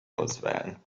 auswählen